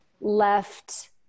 left